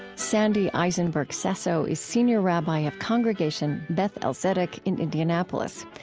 sandy eisenberg sasso is senior rabbi of congregation beth-el zedeck in indianapolis.